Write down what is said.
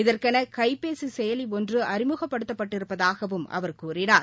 இதற்கென கைபேசி செயலி ஒன்று அறிமுகப்படுத்தப் பட்டிருப்பதாகவும் அவர் கூறினார்